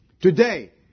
Today